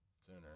sooner